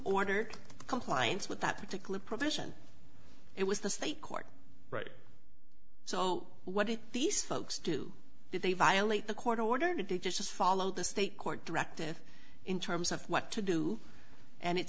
ordered compliance with that particular provision it was the state court right so what did these folks do did they violate the court order to just follow the state court directive in terms of what to do and it